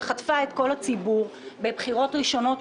שחטפה את כל הציבור בבחירות ראשונות,